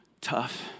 tough